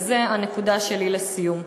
וזו הנקודה שלי לסיום,